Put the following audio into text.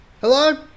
hello